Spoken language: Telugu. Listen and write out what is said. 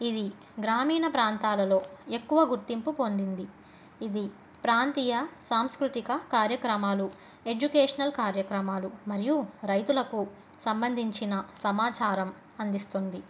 ఇది గ్రామీణ ప్రాంతాలలో ఎక్కువ గుర్తింపు పొందింది ఇది ప్రాంతీయ సాంస్కృతిక కార్యక్రమాలు ఎడ్యుకేషనల్ కార్యక్రమాలు మరియు రైతులకు సంబంధించిన సమాచారం అందిస్తుంది